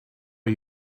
are